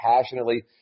passionately